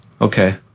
Okay